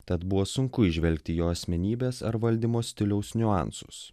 tad buvo sunku įžvelgti jo asmenybės ar valdymo stiliaus niuansus